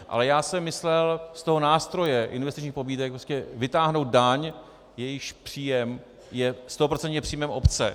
Ale já jsem myslel z toho nástroje investičních pobídek prostě vytáhnout daň, jejíž příjem je stoprocentně příjmem obce.